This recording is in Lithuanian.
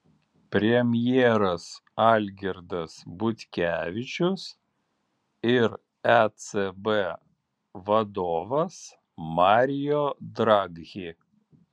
premjeras algirdas butkevičius ir ecb vadovas mario draghi